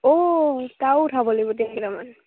অ' তাৰো উঠাব লাগিব দেই কেইটামান